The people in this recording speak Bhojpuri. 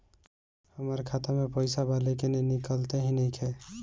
हमार खाता मे पईसा बा लेकिन निकालते ही नईखे?